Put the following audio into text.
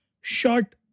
short